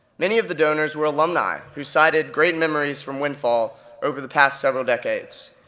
many of the donors were alumni who cited great memories from windfall over the past several decades.